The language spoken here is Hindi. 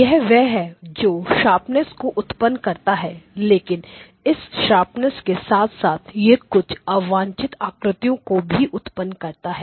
यह वह है जो शार्पनेसsharpness को उत्पन्न करता है लेकिन इस शार्पनेसsharpness के साथ साथ यह कुछ अवांछित आकृतियां भी उत्पन्न करता है